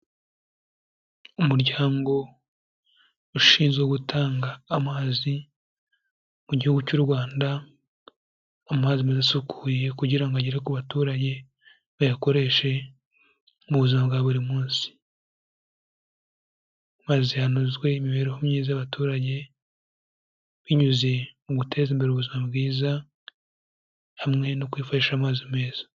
Umuryango ushinzwe gutanga amazi mu gihugu cy'u Rwanda, amazi meza asukuye kugira ngo agere ku baturage bayakoreshe mu buzima bwa buri munsi, maze hanozwe imibereho myiza y'abaturage binyuze mu guteza imbere ubuzima bwiza hamwe no kwifashisha amazi meza.